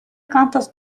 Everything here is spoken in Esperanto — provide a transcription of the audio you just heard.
kantas